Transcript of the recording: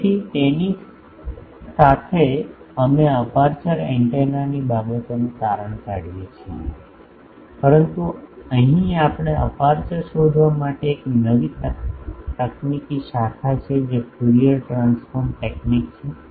તેથી તેની સાથે અમે આ અપેર્ચર એન્ટેનાની બાબતોનું તારણ કાઢીયે છીએ પરંતુ અહીં આપણે અપેર્ચર શોધવા માટે એક નવી તકનીક શીખી છે જે ફોરિયર ટ્રાન્સફોર્મ ટેક્નિક છે